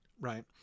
right